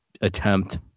attempt